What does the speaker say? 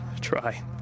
try